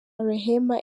rehema